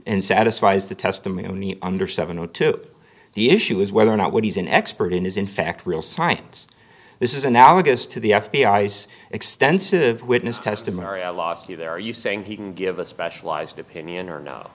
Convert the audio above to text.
and satisfies the testimony under seven o two the issue is whether or not what he's an expert in is in fact real science this is analogous to the f b i s extensive witness testimony i lost you there are you saying he can give a specialized opinion or no